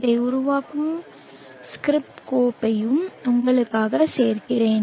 இதை உருவாக்கும் ஸ்கிரிப்ட் கோப்பையும் உங்களுக்காக சேர்க்கிறேன்